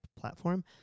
platform